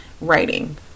writing